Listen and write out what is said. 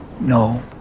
No